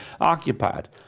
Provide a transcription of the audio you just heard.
occupied